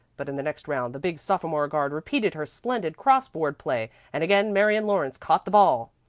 but in the next round the big sophomore guard repeated her splendid crossboard play, and again marion lawrence caught the ball.